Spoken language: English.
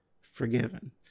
forgiven